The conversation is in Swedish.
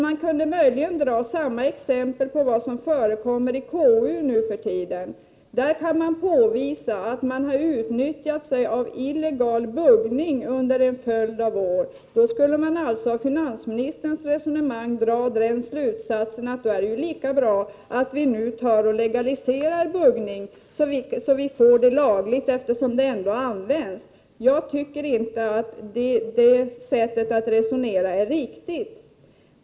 Man kunde möjligen dra samma exempel på vad som förekommer i KU nu för tiden. Där har det påvisats att man har bedrivit illegal buggning under en följd av år. Då skulle man alltså av finansministerns resonemang dra den slutsatsen att det är lika bra att vi nu tar och legaliserar buggning, så vi får det lagligt, eftersom det ändå används. Jag tycker inte att det sättet att resonera är riktigt.